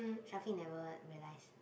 Shafiq never realise